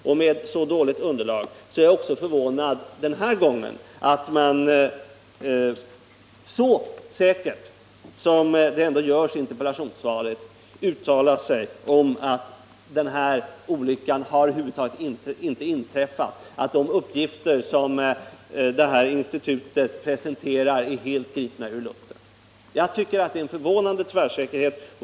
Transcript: Jag är också den här gången förvånad över att statsrådet så säkert som han ändå gör i interpellationssvaret uttalar sig om att någon olycka över huvud taget inte har inträffat här och att de uppgifter som Institutet för biologisk säkerhet presenterar är helt gripna ur luften. Det är en förvånande tvärsäkerhet.